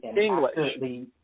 English